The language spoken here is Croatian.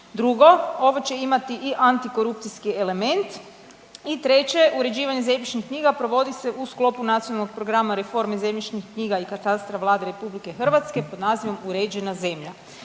Drugo, ovo će imati i antikorupcijski elementa i treće uređivanje zemljišnih knjiga provodi se u sklopu Nacionalnog programa reformi zemljišnih knjiga i katastra Vlade RH pod nazivom Uređena zemlja.